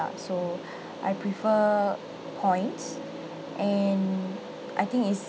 so I prefer points and I think it's